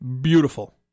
beautiful